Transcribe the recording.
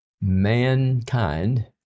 Mankind